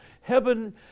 heaven